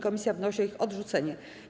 Komisja wnosi o ich odrzucenie.